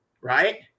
Right